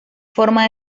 forma